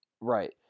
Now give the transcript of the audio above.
Right